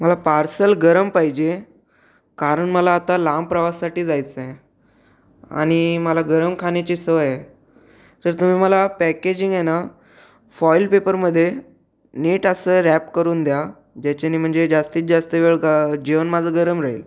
मला पार्सल गरम पाहिजे कारण मला आता लांब प्रवाससाठी जायचं आहे आणि मला गरम खाण्याची सवय आहे तर तुम्ही मला पॅकेजिंग आहे ना फॉईल पेपरमध्ये नीट असं रॅप करून द्या ज्याच्याने म्हणजे जास्तीत जास्त वेळ गं जेवण माझं गरम राहील